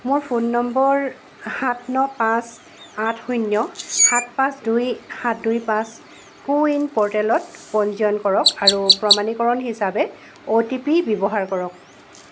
মোৰ ফোন নম্বৰ সাত ন পাঁচ আঠ শূণ্য সাত পাঁচ দুই সাত দুই পাঁচ কোৱিন প'ৰ্টেলত পঞ্জীয়ন কৰক আৰু প্ৰমাণীকৰণ হিচাপে অ'টিপি ব্যৱহাৰ কৰক